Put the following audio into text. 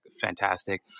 fantastic